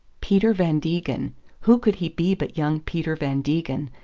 peter van degen who could he be but young peter van degen,